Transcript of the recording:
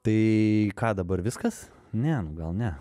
tai ką dabar viskas ne nu gal ne